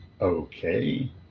Okay